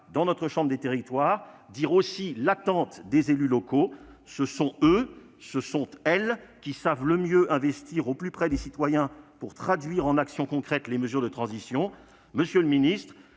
le Sénat, chambre des territoires, doit aussi relayer les attentes des élus locaux. Ce sont eux, ce sont elles qui savent le mieux investir au plus près des citoyens pour traduire en actions concrètes les mesures de transition. Nous sommes donc très